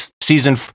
season